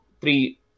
three